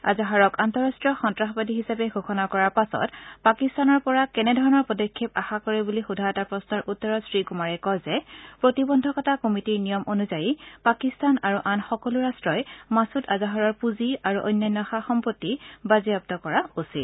আজহাৰক আন্তঃৰাষ্ট্ৰীয় সন্তাসবাদী হিচাপে ঘোষণা কৰাৰ পাছত পাকিস্তানৰ পৰা কেনেধৰণৰ পদক্ষেপ আশা কৰে বুলি সোধা এটা প্ৰশ্নৰ উত্তৰত শ্ৰী কৃমাৰে কয় যে প্ৰতিবন্ধকতা কমিটীৰ নিয়ম অনুযায়ী পাকিস্তান আৰু আন সকলো ৰাষ্টই মাছূদ আজহাৰৰ পূঁজি আৰু অন্যান্য সা সম্পত্তি বাজেয়াপ্ত কৰা উচিত